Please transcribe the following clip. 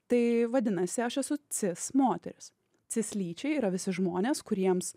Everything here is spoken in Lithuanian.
tai vadinasi aš esu cis moteris cislyčiai yra visi žmonės kuriems